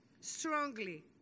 strongly